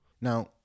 Now